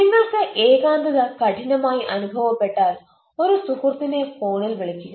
നിങ്ങൾക്ക് ഏകാന്തത കഠിനമായി അനുഭവപ്പെട്ടാൽ ഒരു സുഹൃത്തിനെ ഫോണിൽ വിളിക്കുക